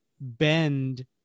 bend